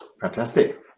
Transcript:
Fantastic